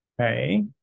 okay